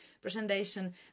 presentation